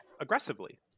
aggressively